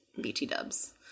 bt-dubs